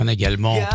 également